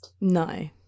No